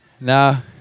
Now